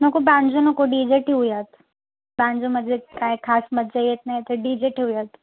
नको बँजो नको D J ठेवुयात बँजो म्हणजे काय खास मजा येत नाही तर डी जे ठेवूयात